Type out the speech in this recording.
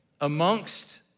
amongst